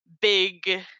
big